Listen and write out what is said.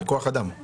כוח אדם.